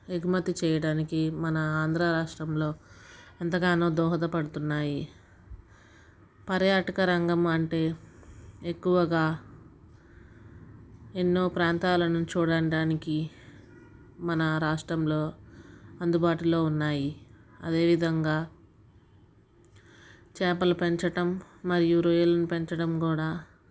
ఎగుమతి చేయడానికి మన ఆంధ్రా రాష్ట్రంలో ఎంతగానో దోహదపడుతున్నాయి పర్యాటక రంగం అంటే ఎక్కువగా ఎన్నో ప్రాంతాలను చూడడానికి మన రాష్ట్రంలో అందుబాటులో ఉన్నాయి అదేవిధంగా చేపలు పెంచటం మరియు రొయ్యలను పెంచడం కూడా